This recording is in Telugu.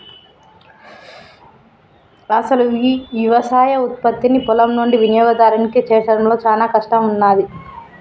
అసలు యవసాయ ఉత్పత్తిని పొలం నుండి వినియోగదారునికి చేర్చడంలో చానా కష్టం ఉన్నాది